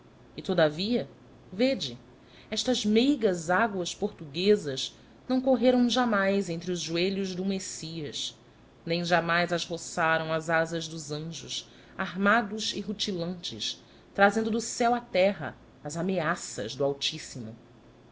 e todavia vede estas meigas águas portuguesas não correram jamais entre os joelhos de um messias nem jamais as roçaram as asas dos anjos armados e rutilantes trazendo do céu a terra as ameaças do altíssimo